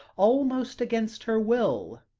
almost against her will.